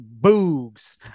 boogs